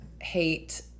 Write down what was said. hate